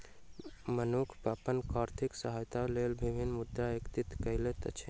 मनुख अपन आर्थिक सहायताक लेल विभिन्न मुद्रा एकत्रित करैत अछि